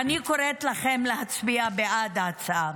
אני קוראת לכם להצביע בעד ההצעה.